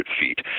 feet